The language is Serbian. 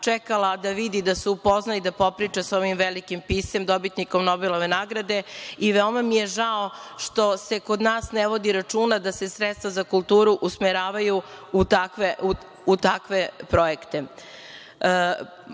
čekala da vidi, da upozna i da popriča sa ovim velikim piscem, dobitnikom Nobelove nagrade i veoma mi je žao što se kod nas ne vodi računa da se sredstva za kulturu usmeravaju u takve projekte. Podsetiću